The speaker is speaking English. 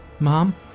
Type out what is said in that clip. Mom